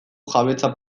jabetza